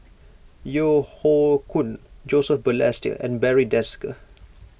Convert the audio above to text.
Yeo Hoe Koon Joseph Balestier and Barry Desker